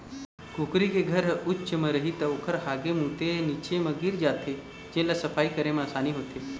कुकरी के घर ह उच्च म रही त ओखर हागे मूते ह नीचे म गिर जाथे जेन ल सफई करे म असानी होथे